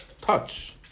touch